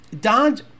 Dodge